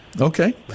Okay